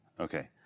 Okay